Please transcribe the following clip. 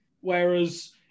whereas